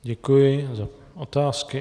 Děkuji za otázky.